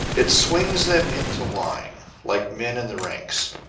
it swings them into line like men in the ranks.